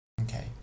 Okay